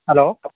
hello